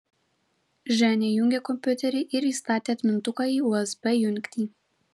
ženia įjungė kompiuterį ir įstatė atmintuką į usb jungtį